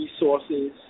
resources